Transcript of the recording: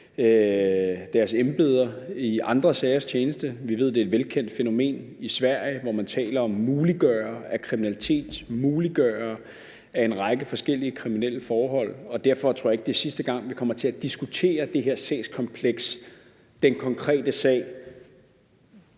deres embeder i andre sagers tjeneste? Vi ved, at det er et velkendt fænomen i Sverige, hvor man taler om at muliggøre, altså at kriminalitet muliggør en række forskellige kriminelle forhold, og derfor tror jeg ikke, det er sidste gang, vi komme til at diskutere det her sagskompleks. Den konkrete sag